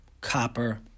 copper